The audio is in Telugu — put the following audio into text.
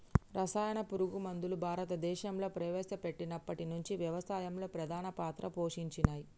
రసాయన పురుగు మందులు భారతదేశంలా ప్రవేశపెట్టినప్పటి నుంచి వ్యవసాయంలో ప్రధాన పాత్ర పోషించినయ్